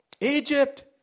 Egypt